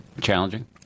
challenging